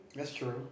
that's true